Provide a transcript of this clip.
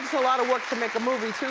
a lot of work to make a movie